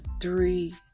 three